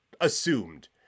assumed